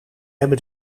hebben